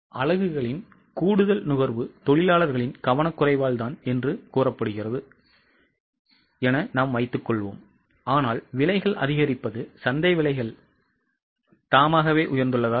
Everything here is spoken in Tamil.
அலகுகளின் கூடுதல் நுகர்வு தொழிலாளர்களின் கவனக்குறைவால் தான் என்று கூறப்படுகிறது என்று வைத்துக்கொள்வோம் ஆனால் விலைகள் அதிகரிப்பது சந்தை விலைகள் தானே உயர்ந்துள்ளதால் தான்